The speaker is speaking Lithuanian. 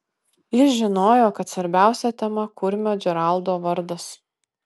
jis žinojo kad svarbiausia tema kurmio džeraldo vardas